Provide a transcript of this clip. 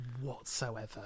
whatsoever